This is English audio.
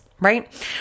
right